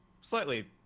slightly